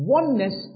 Oneness